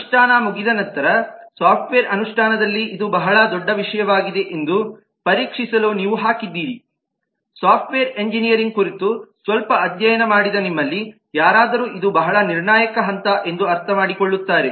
ಅನುಷ್ಠಾನ ಮುಗಿದ ನಂತರ ಸಾಫ್ಟ್ವೇರ್ ಅನುಷ್ಠಾನದಲ್ಲಿ ಇದು ಬಹಳ ದೊಡ್ಡ ವಿಷಯವಾಗಿದೆ ಎಂದು ಪರೀಕ್ಷಿಸಲು ನೀವು ಹಾಕಿದ್ದೀರಿ ಸಾಫ್ಟ್ವೇರ್ ಎಂಜಿನಿಯರಿಂಗ್ ಕುರಿತು ಸ್ವಲ್ಪ ಅಧ್ಯಯನ ಮಾಡಿದ ನಿಮ್ಮಲ್ಲಿ ಯಾರಾದರೂ ಇದು ಬಹಳ ನಿರ್ಣಾಯಕ ಹಂತ ಎಂದು ಅರ್ಥಮಾಡಿಕೊಳ್ಳುತ್ತಾರೆ